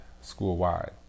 school-wide